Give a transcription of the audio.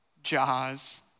Jaws